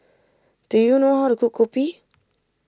do you know how to cook Kopi